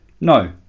No